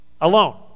alone